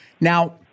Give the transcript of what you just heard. Now